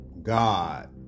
God